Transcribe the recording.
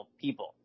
people